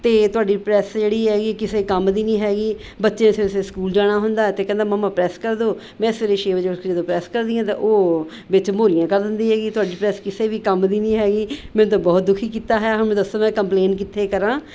ਅਤੇ ਤੁਹਾਡੀ ਪ੍ਰੈੱਸ ਜਿਹੜੀ ਹੈਗੀ ਕਿਸੇ ਕੰਮ ਦੀ ਨਹੀਂ ਹੈਗੀ ਬੱਚੇ ਸ ਸ ਸਕੂਲ ਜਾਣਾ ਹੁੰਦਾ ਅਤੇ ਕਹਿੰਦਾ ਮੰਮਾ ਪ੍ਰੈਸ ਕਰ ਦਿਉ ਮੈਂ ਸਵੇਰੇ ਛੇ ਵਜੇ ਉੱਠ ਕੇ ਜਦੋਂ ਪ੍ਰੈੱਸ ਕਰਦੀ ਹਾਂ ਤਾਂ ਉਹ ਵਿੱਚ ਮੋਰੀਆਂ ਕਰ ਦਿੰਦੀ ਹੈਗੀ ਤੁਹਾਡੀ ਪ੍ਰੈੱਸ ਕਿਸੇ ਵੀ ਕੰਮ ਦੀ ਨਹੀਂ ਹੈਗੀ ਮੈਨੂੰ ਤਾਂ ਬਹੁਤ ਦੁਖੀ ਕੀਤਾ ਹੈ ਹੁਣ ਮੈਂ ਦੱਸੋ ਮੈਂ ਕੰਪਲੇਟ ਕਿੱਥੇ ਕਰਾਂ